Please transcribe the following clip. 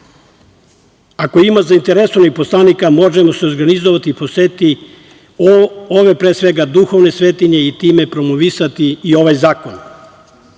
Ako ima zainteresovanih poslanika, možemo se organizovati i posetiti ove, pre svega, duhovne svetinje i time promovisati i ovaj zakon.